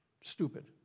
Stupid